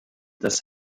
des